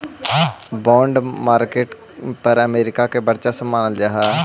bond market पर America के वर्चस्व मानल जा हइ